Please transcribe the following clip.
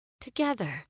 together